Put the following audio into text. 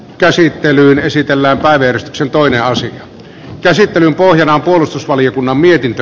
käsittely esitellä arveli sen toimia asian käsittelyn pohjana on puolustusvaliokunnan mietintö